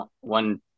one